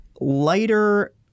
lighter